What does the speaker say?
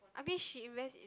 I mean she invest in